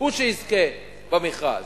הוא שיזכה במכרז.